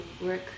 work